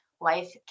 life